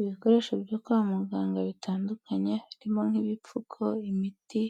Ibikoresho byo kwa muganga bitandukanye, birimo nk'ibipfuko, imiti,